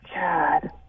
God